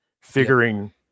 figuring